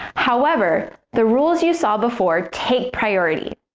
however, the rules you saw before take priority.